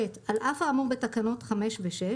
(ב) על אף האמור בתקנות 5 ו-6,